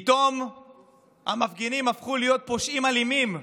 פתאום המפגינים הפכו להיות פושעים אלימים.